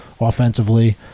offensively